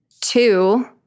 Two